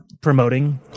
promoting